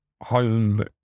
home